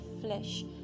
flesh